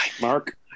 Mark